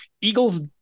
Eagles